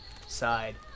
side